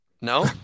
No